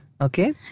Okay